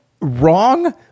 wrong